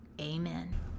Amen